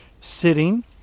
sitting